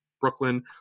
Brooklyn